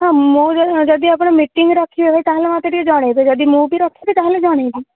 ହଁ ମୁଁ ଯଦି ଆପଣ ମିଟିଙ୍ଗ୍ ରଖିବେ ଭାଇ ତାହାଲେ ମୋତେ ଟିକେ ଜଣେଇବେ ଯଦି ମୁଁ ବି ରଖିବି ତାହାଲେ ଜଣେଇବି